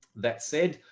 that said,